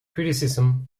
criticism